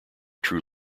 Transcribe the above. true